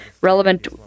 relevant